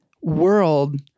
world